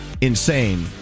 insane